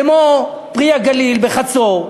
כמו "פרי הגליל" בחצור,